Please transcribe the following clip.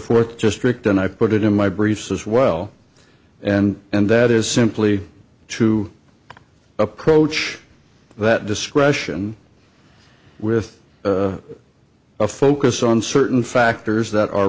fourth just tricked and i put it in my briefs as well and and that is simply to approach that discretion with a focus on certain factors that are